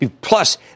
Plus